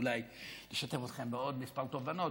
אולי נשתף אתכם בעוד מבחר תובנות,